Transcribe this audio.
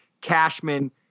Cashman